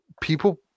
people